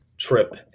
trip